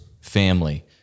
family